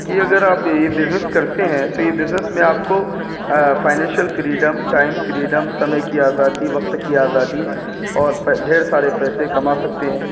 کہ اگر آپ یہ بزنس کرتے ہیں تو یہ بزنس میں آپ کو فائننشیل فریڈم ٹائم فریڈم سمے کی آزادی وقت کی آزادی اور ڈھیر سارے پیسے کما سکتے ہیں